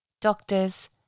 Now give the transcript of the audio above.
doctors